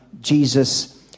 Jesus